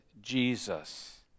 Jesus